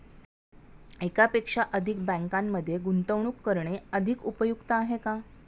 एकापेक्षा अधिक बँकांमध्ये गुंतवणूक करणे अधिक उपयुक्त आहे का?